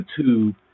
YouTube